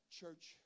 church